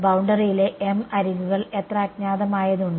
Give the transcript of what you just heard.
ബൌണ്ടറിയിലെ m അരികുകൾ എത്ര അജ്ഞാതമായത് ഉണ്ട്